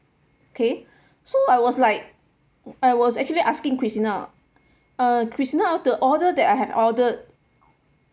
okay so I was like I was actually asking christina uh christina the order that I have ordered